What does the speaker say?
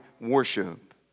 worship